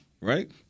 right